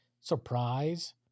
surprise